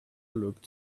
looked